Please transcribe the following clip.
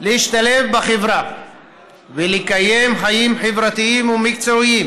להשתלב בחברה ולקיים חיים חברתיים ומקצועיים